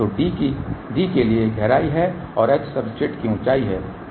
तो d के लिए गहराई है और h सब्सट्रेट की ऊंचाई है